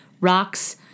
rocks